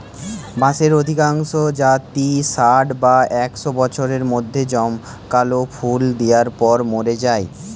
বাঁশের অধিকাংশ জাতই ষাট বা একশ বছরের মধ্যে জমকালো ফুল দিয়ার পর মোরে যায়